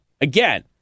again